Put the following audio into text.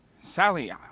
Sally